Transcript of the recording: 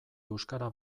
euskara